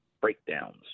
breakdowns